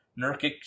Nurkic